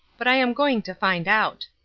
but i am going to find out.